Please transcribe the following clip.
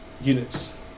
units